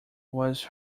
was